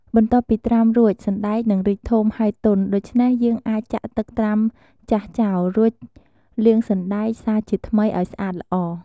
បន្ទាប់ពីត្រាំរួច សណ្តែកនឹងរីកធំ ហើយទន់ ដូច្នេះយើងអាចចាក់ទឹកត្រាំចាស់ចោល រួចលាងសណ្តែកសារជាថ្មីឱ្យស្អាតល្អ។